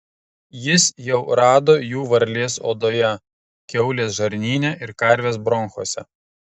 jis jau rado jų varlės odoje kiaulės žarnyne ir karvės bronchuose